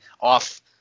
off